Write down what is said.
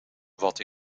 wat